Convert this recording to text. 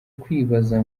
kwibaza